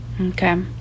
okay